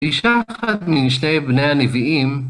אישה אחת משני בני הנביאים